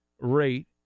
rate